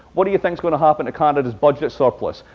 what do you think is going to happen to canada's budget surplus?